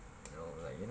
you know like you know